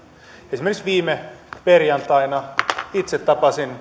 esimerkiksi viime perjantaina itse tapasin